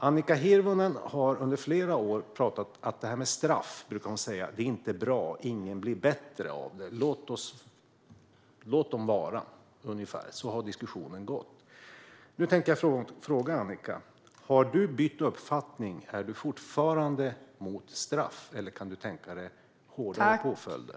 Annika Hirvonen Falk har under flera år brukat säga att straff inte är bra och att ingen blir bättre av det. Hon säger ungefär: Låt dem vara! Så har diskussionen gått. Nu tänkte jag fråga dig, Annika: Har du bytt uppfattning? Är du fortfarande mot straff, eller kan du tänka dig hårdare påföljder?